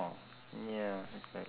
oh ya it's like